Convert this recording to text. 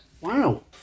Wow